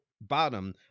Bottom